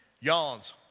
Yawns